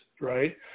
Right